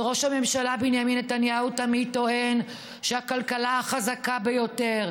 וראש הממשלה בנימין נתניהו תמיד טוען שהכלכלה חזקה ביותר,